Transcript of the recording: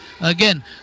again